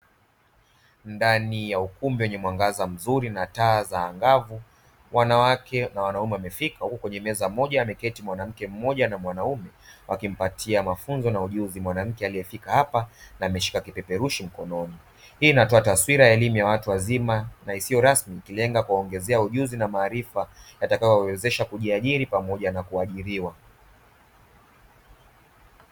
Ndani ya ukumbi wenye mwangaza mzuri na taa za angavu wanawake na wanaume wamefika huku kwenye meza moja ameketi mwanamke mmoja na mwanaume wakimpatia mafunzo na ujuzi mwanamke aliyefika hapa na ameshika kipeperushi mkononi. Hii inatoa taswira ya elimu ya watu wazima na isiyo rasmi ikilenga kuwaongezea ujuzi na maarifa yatakayowawezesha kujiajiri pamoja na kuajiriwa.